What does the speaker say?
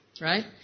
Right